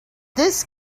this